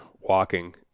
walking